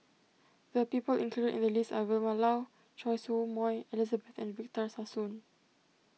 the people included in the list are Vilma Laus Choy Su Moi Elizabeth and Victor Sassoon